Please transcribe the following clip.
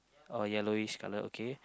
oh yellowish colour okay